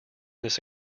this